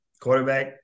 quarterback